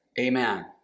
Amen